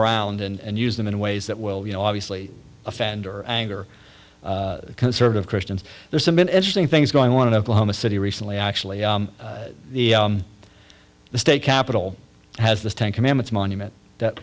around and use them in ways that will you know obviously offender anger conservative christians there's some interesting things going on in oklahoma city recently actually the state capital has this ten commandments monument that